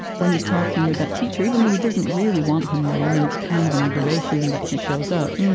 when he's talking with that teacher, even though he doesn't really want him there, and he's kind of an aggravation that he shows up,